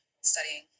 studying